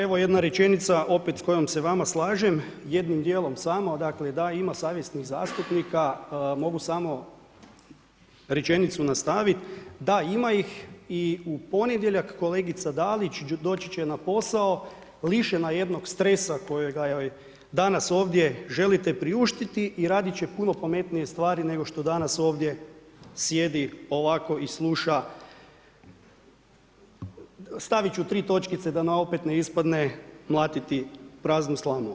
Pa evo jedna rečenica opet kojom se s vama slažem, jednim dijelom samo, dakle da, ima savjesnih zastupnika, mogu samo rečenicu nastaviti, da, ima ih i u ponedjeljak kolegica Dalić doći će na posao lišena jednog stresa kojega joj danas ovdje želite priuštiti i radit će puno pametnije stvari nego što danas ovdje sjedi ovako i sluša, stavit ću tri točkice da nam opet ne ispadne mlatiti praznu slamu.